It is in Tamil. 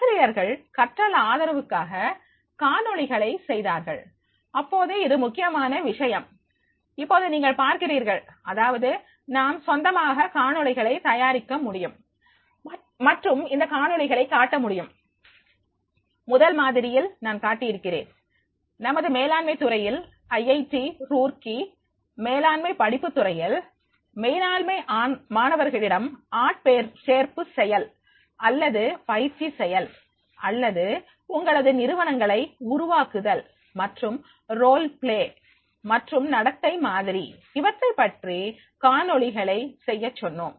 ஆசிரியர்கள் கற்றல் ஆதரவுக்காக காணொளிகளை செய்தார்கள் இப்போது இது முக்கியமான விஷயம் இப்போது நீங்கள் பார்க்கிறீர்கள் அதாவது நாம் சொந்தமாக காணொளிகளை தயாரிக்க வேண்டும் மற்றும் இந்த காணொளிகளை காட்ட முடியும் முதல் மாதிரியில் நான் காட்டி இருக்கிறேன் நமது மேலாண்மை துறையில் ஐஐடி ரூர்க்கி மேலாண்மை படிப்பு துறையில் மேலாண்மை மாணவர்களிடம் ஆட்சேர்ப்பு செயல் அல்லது பயிற்சி செயல் அல்லது உங்களது நிறுவனங்களை உருவாக்குதல் மற்றும் ரோல் பிளே மற்றும் நடத்தை மாதிரி இவற்றைப்பற்றி காணொளிகளை செய்யச் சொன்னோம்